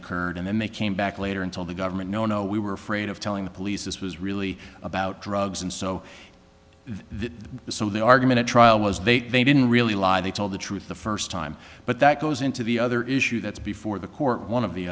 occurred and then they came back later and told the government no no we were afraid of telling the police this was really about drugs and so this so the argument at trial was they didn't really lie they told the truth the first time but that goes into the other issue that's before the court one of the